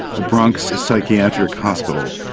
a bronx psychiatric hospital,